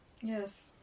Yes